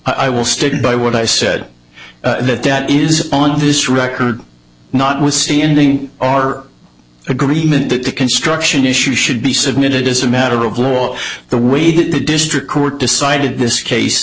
i will stick by what i said that that is on his record notwithstanding our agreement that the construction issue should be submitted as a matter of law the way that the district court decided this case